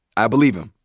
i believe him.